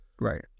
Right